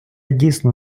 дійсно